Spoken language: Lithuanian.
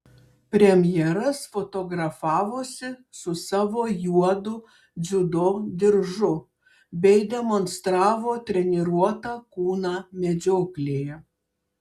premjeras fotografavosi su savo juodu dziudo diržu bei demonstravo treniruotą kūną medžioklėje